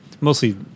Mostly